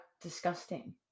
disgusting